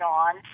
on